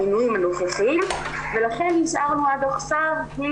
המינויים הנוכחיים ולכן נשארנו עד עכשיו בלי